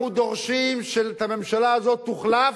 אנחנו דורשים שהממשלה הזאת תוחלף,